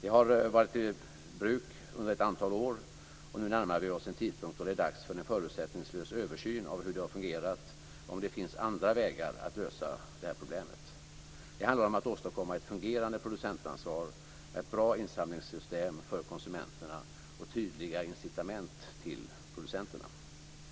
Det har varit i bruk under ett antal år, och nu närmar vi oss en tidpunkt då det är dags för en förutsättningslös översyn av hur det har fungerat och om det finns andra vägar att lösa det här problemet. Det handlar om att åstadkomma ett fungerande producentansvar med ett bra insamlingssystem för konsumenterna och tydliga incitament till producenterna.